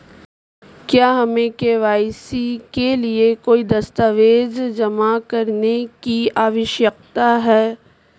क्या हमें के.वाई.सी के लिए कोई दस्तावेज़ जमा करने की आवश्यकता है?